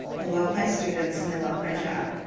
i love my students, and i love my job.